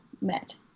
met